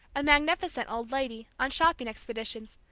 a magnificent old lady, on shopping expeditions,